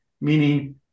meaning